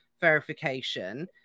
verification